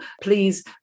please